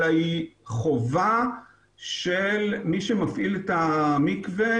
אלא חובה על מי שמפעיל את המקווה